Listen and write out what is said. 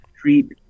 treat